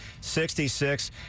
66